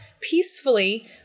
peacefully